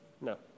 No